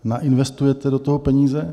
Nainvestujete do toho peníze?